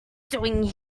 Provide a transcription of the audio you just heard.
doing